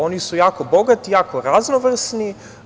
Oni su jako bogati, jako raznovrsni.